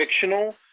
fictional